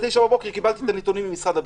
ב-09:00 בבוקר קיבלתי את הנתונים ממשרד הבריאות.